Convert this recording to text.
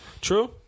True